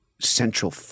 central